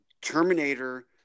Terminator